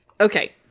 Okay